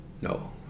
No